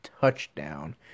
touchdown